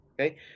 Okay